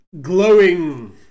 glowing